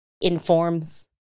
informs